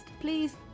please